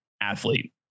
athlete